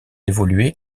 évolué